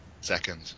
Second